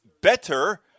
better